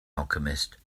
alchemist